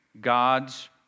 God's